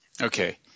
Okay